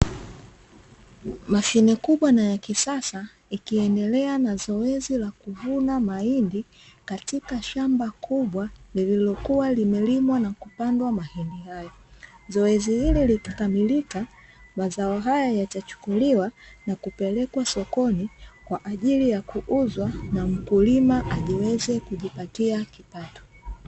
Mashine kubwa na ya kisasa ikiendelea na zoezi la kuvuna mahindi katika shamba kubwa lililokuwa limelimwa na kupandwa mahindi, zoezi hili likikamilika mazao haya yatachukuliwa na kupelekwa sokoni kwa ajili ya kuuzwa na mkulima aweze kujipatia kipato.